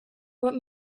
what